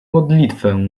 modlitwę